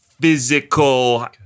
physical